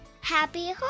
happy